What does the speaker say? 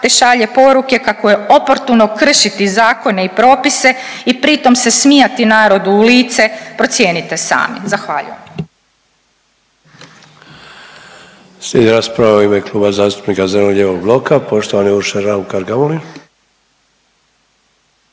te šalje poruke kako je oportuno kršiti zakone i propise i pritom se smijati narodu u lice procijenite sami. Zahvaljujem.